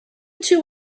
two